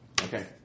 Okay